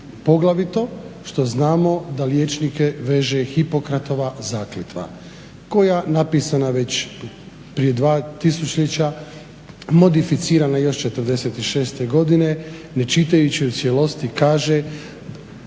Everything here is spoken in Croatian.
Poglavito što znamo da liječnike veže Hipokratova zakletva koja napisana već prije dva tisućljeća modificirana još '46. godine ne čitajući u cijelosti kaže: